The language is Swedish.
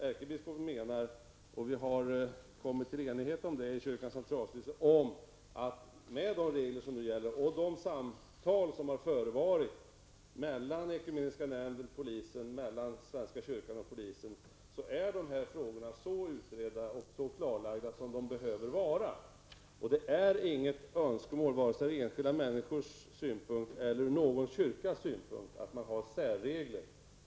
Ärkebiskopen menar -- och vi har kommit till enighet om det i kyrkans centralstyrelse -- att med de regler som nu gäller och de samtal som har förevarit mellan ekumeniska nämnden och polisen, och mellan svenska kyrkan och polisen, är de här frågorna så utredda och klarlagda som de behöver vara. Det finns inget önskemål, vare sig ur enskilda människors synpunkt eller ur någon kyrkas synpunkt, om särregler.